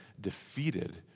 defeated